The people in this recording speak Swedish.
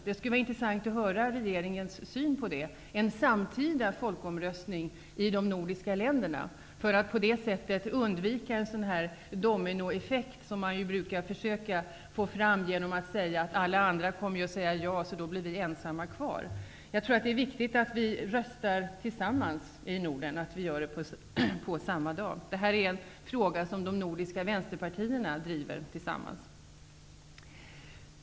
Det vore intressant att få veta hur regeringen ser på en sådan samtidig folkomröstning i de nordiska länderna för att undvika en ''dominoeffekt'', som man annars kan försöka få fram genom att säga att alla andra kommer att säga ja och att vi då ensamma blir kvar. Det är viktigt att vi tillsammans i Norden röstar på samma dag. Det är en fråga som de nordiska vänsterpartierna driver gemensamt.